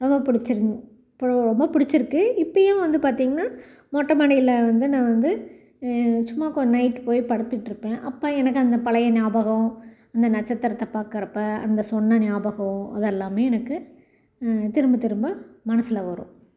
ரொம்ப புடிச்சிருந்து பு ரொம்ப பிடிச்சிருக்கு இப்போயும் வந்து பார்த்தீங்கன்னா மொட்டை மாடியில் வந்து நான் வந்து சும்மா கொஞ்சம் நைட் போய் படுத்துட்டுருப்பேன் அப்போ எனக்கு அந்த பழைய ஞாபகம் அந்த நட்சத்திரத்தை பாக்குறப்போ அந்த சொன்ன ஞாபகம் அது எல்லாமே எனக்கு திரும்ப திரும்ப மனசில் வரும்